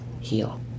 heal